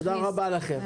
תודה רבה לכם.